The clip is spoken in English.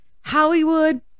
hollywood